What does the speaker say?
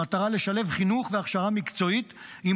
במטרה לשלב חינוך והכשרה מקצועית עם